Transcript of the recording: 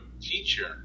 teacher